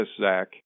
Zach